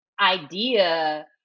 idea